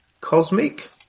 cosmic